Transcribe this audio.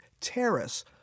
Terrace